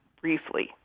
briefly